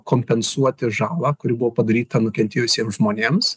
kompensuoti žalą kuri buvo padaryta nukentėjusiems žmonėms